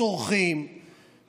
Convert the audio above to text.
צורחים,